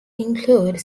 include